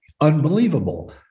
unbelievable